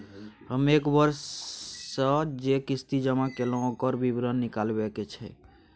हम एक वर्ष स जे किस्ती जमा कैलौ, ओकर विवरण निकलवाबे के छै?